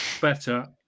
better